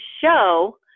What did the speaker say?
show